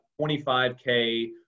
25K